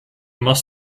must